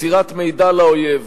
מסירת מידע לאויב,